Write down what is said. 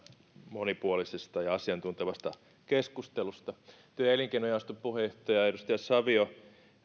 monipuolisesta ja asiantuntevasta keskustelusta työ ja elinkeinojaoston puheenjohtaja edustaja savio